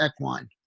equine